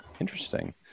Interesting